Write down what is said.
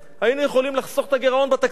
היינו יכולים לחסוך את הגירעון בתקציב.